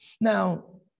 Now